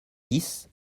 dix